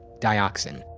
dioxin.